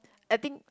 I think